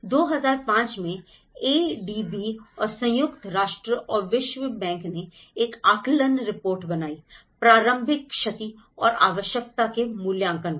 2005 में एडीबी और संयुक्त राष्ट्र और विश्व बैंक ने एक आकलन रिपोर्ट बनाई प्रारंभिक क्षति और आवश्यकता के मूल्यांकन पर